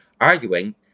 arguing